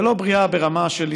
ולא בריאה ברמה של,